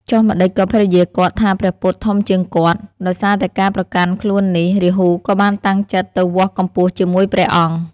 ចុះម្ដេចក៏ភរិយាគាត់ថាព្រះពុទ្ធធំជាងគាត់? ដោយសារតែការប្រកាន់ខ្លួននេះ រាហូក៏បានតាំងចិត្តទៅវាស់កម្ពស់ជាមួយព្រះអង្គ។